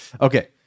Okay